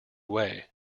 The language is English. way